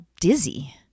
dizzy